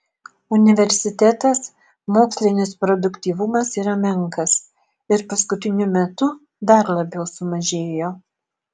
universitetas mokslinis produktyvumas yra menkas ir paskutiniu metu dar labiau sumažėjo